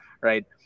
Right